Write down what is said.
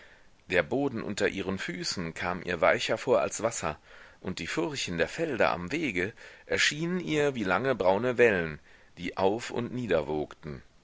der boden unter ihren füßen kam ihr weicher vor als wasser und die furchen der felder am wege erschienen ihr wie lange braune wellen die auf und